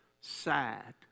sad